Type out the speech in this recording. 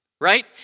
right